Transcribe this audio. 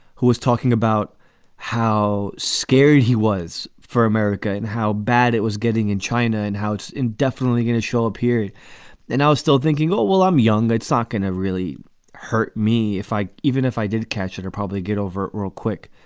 who was talking about how scared he was for america and how bad it was getting in china and how it's definitely going to show ah aperiod. and i was still thinking, oh, well, i'm young, they'd suck. and it really hurt me if i even if i did catch it or probably get over it real quick.